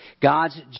God's